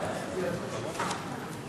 להסיר מסדר-היום את